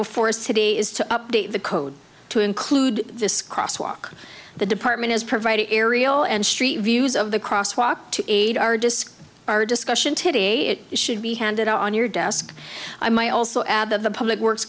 before city is to update the code to include this crosswalk the department has provided aerial and street views of the crosswalk to eight are just our discussion today it should be handed out on your desk i might also add that the public works